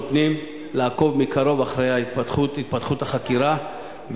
פנים לעקוב מקרוב אחרי התפתחות החקירה,